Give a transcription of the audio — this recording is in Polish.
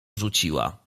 rzuciła